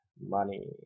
money